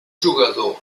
jugador